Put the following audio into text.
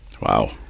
wow